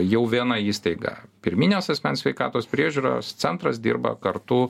jau viena įstaiga pirminės asmens sveikatos priežiūros centras dirba kartu